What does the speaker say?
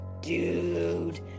dude